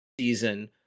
season